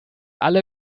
alle